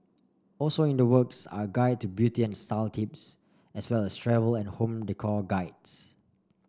also in the works are a guide to beauty and style tips as well as travel and home decor guides